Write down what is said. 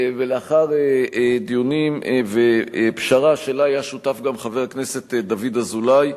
ולאחר דיונים ופשרה שהיה שותף לה גם חבר הכנסת דוד אזולאי,